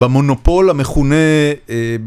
במונופול המכונה